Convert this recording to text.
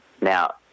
Now